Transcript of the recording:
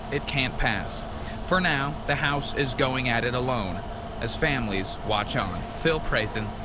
it can't pass for now, the house is going at it alone as families watch on phil prazan,